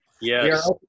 Yes